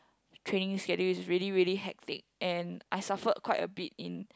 training schedule is really really hectic and I suffered quite a bit in